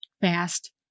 fast